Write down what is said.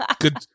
Good